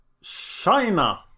China